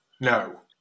no